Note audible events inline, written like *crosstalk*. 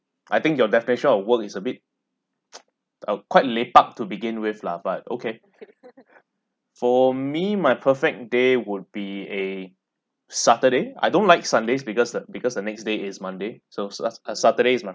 I think your definition of work is a bit *noise* uh quite lepak to begin with lah but okay for me my perfect day would be a saturday I don't like sundays because the because the next day is monday so sat~ saturday is my